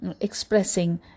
expressing